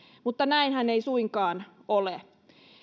mutta näinhän ei suinkaan ole